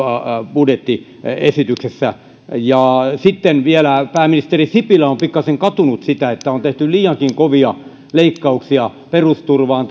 budjettiesityksessä sitten pääministeri sipilä on pikkaisen katunut sitä että on tehty liiankin kovia leikkauksia perusturvaan